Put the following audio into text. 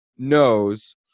knows